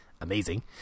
amazing